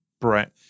Brett